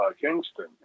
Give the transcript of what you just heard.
Kingston